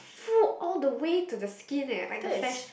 full all the way to the skin eh like the flesh